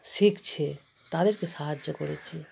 শিখছে তাদেরকে সাহায্য করেছি